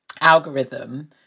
algorithm